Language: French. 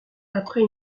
après